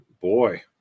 boy